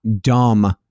dumb